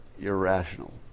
irrational